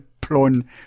Plon